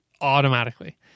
automatically